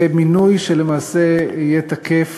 זה מינוי שלמעשה יהיה תקף